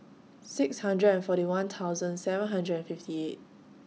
six hundred and forty one thousand seven hundred and fifty eight